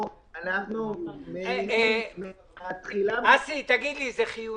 אנחנו מניחים --- אסי, תגיד לי, זה חיוני?